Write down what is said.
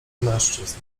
mężczyzn